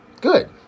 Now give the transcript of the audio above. Good